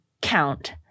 count